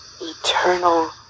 eternal